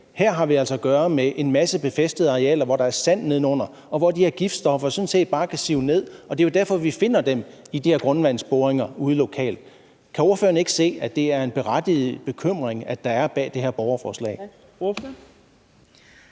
Her har vi altså at gøre med en masse befæstede arealer, hvor der er sand nedenunder, og hvor de her giftstoffer sådan set bare kan sive ned. Det er jo derfor, vi finder dem i de her grundvandsboringer ude lokalt. Kan ordføreren ikke se, at det er en berettiget bekymring, der er bag det her borgerforslag?